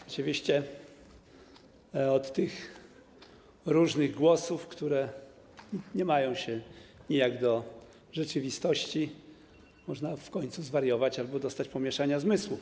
Oczywiście od tych różnych głosów, które mają się nijak do rzeczywistości, można w końcu zwariować albo dostać pomieszania zmysłów.